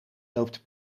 loopt